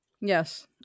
Yes